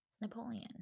Napoleon